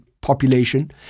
population